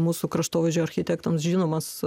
mūsų kraštovaizdžio architektams žinomas